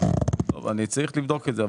אני צריך לבדוק את זה,